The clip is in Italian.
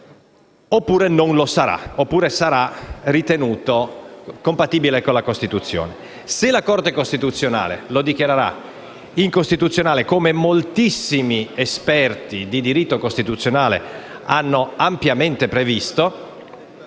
oppure non lo sarà, perché sarà ritenuto compatibile con la Costituzione. Se la Corte costituzionale lo dichiarerà incostituzionale, come moltissimi esperti di diritto costituzionale hanno ampiamente previsto,